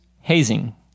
hazing